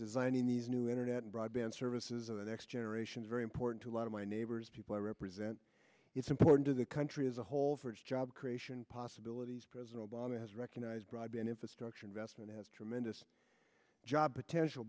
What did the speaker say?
designing these new internet broadband services of the next generation is very important to a lot of my neighbors people i represent it's important to the country as a whole for job creation possibilities president obama has recognized broadband infrastructure investment has tremendous job potential